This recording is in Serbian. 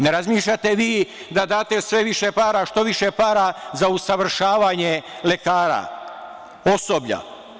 Ne razmišljate vi da date što više para za usavršavanje lekara, osoblja.